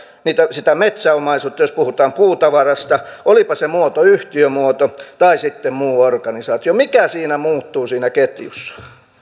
sitä metsäomaisuutta jos puhutaan puutavarasta olipa se muoto yhtiömuoto tai sitten muu organisaatio mikä muuttuu siinä ketjussa